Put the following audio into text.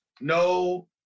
no